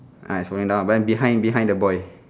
ah falling down when behind behind the boy